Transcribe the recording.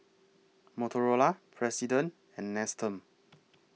Motorola President and Nestum